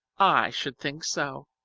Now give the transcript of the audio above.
i should think so!